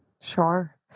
Sure